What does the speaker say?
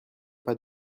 pas